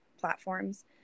platforms